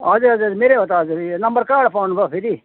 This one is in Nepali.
हजुर हजुर मेरै हो त हजुर यो नम्बर कहाँबाट पाउनु भयो फेरि